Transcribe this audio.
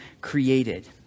created